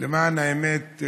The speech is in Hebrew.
ולמען האמת,